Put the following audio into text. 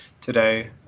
today